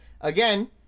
Again